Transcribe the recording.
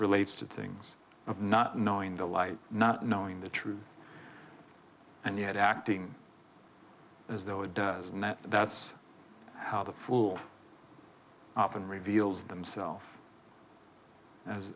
relates to things of not knowing the light not knowing the truth and yet acting as though it does and that that's how the fool up and reveals themself as